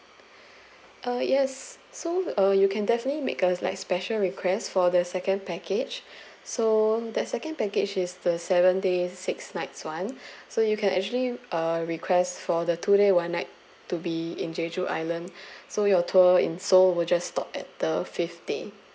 uh yes so uh you can definitely make a like special requests for the second package so that second package is the seven days six nights one so you can actually uh request for the two day one night to be in jeju island so your tour in seoul will just stop at the fifth day